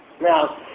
Now